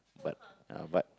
but uh but